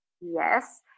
Yes